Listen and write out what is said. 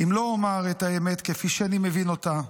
אם לא אומר את האמת כפי שאני מבין אותה,